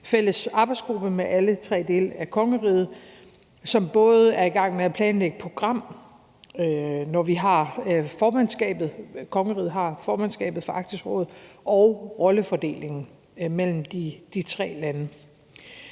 fælles arbejdsgruppe med alle tre dele af kongeriget, som både er i gang med at planlægge et program, når kongeriget har formandskabet for Arktisk Råd, og rollefordelingen mellem de tre lande.